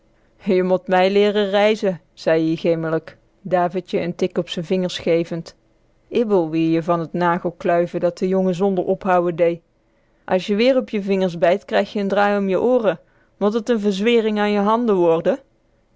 je mot mijn leeren reizen zei ie gemelijk davidje n tik op z'n vingers gevend ibbel wier je van t nagelkluiven dat de jongen zonder ophouen dee as je weer op je vingers bijt krijg je n draai om je ooren mot t n verzwering an je hande worde